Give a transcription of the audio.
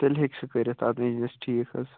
تیٚلہِ ہٮ۪کہِ سُہ کٔرِتھ اَتھ اِنٛجِنَس ٹھیٖک حظ